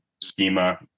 schema